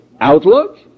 outlook